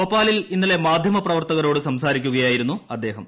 ഭോപ്പാലിൽ ഇന്നലെ മാധ്യമ പ്രവർത്തകരോട് സംസാരിക്കുകയാ യിരുന്നു അദ്ദേഹം